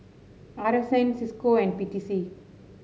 R S N Cisco and P T C